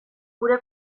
gure